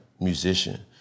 musician